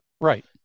Right